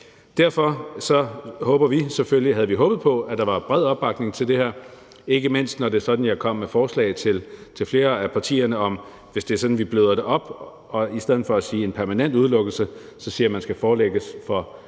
Derfor havde vi selvfølgelig håbet på, at der var bred opbakning til det her – ikke mindst når det er sådan, at jeg kom med forslag til flere af partierne om, at vi kunne bløde det op og i stedet for at tale om en permanent udelukkelse kunne sige, at det skulle forelægges for